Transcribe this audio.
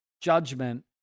Judgment